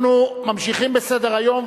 אנחנו ממשיכים בסדר-היום,